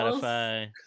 Spotify